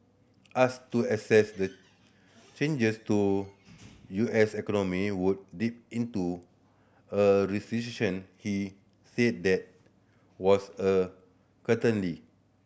asked to assess the changes the U S economy would dip into a recession he said that was a